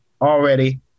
already